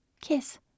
kiss